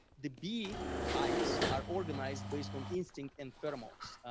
the bee hives are organized based on instinct and pheromones,